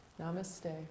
Namaste